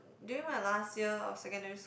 during my last year of secondary school